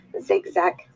zigzag